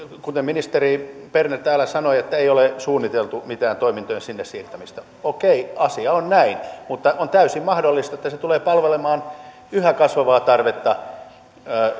kuten ministeri berner täällä sanoi ei ole suunniteltu mitään toimintojen sinne siirtämistä okei asia on näin mutta on täysin mahdollista että se tulee palvelemaan yhä kasvavaa tarvetta